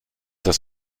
das